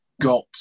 got